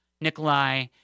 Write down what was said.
Nikolai